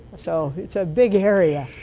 so it's a big area.